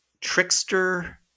trickster